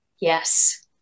yes